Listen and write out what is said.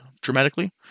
dramatically